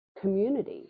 community